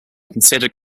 considered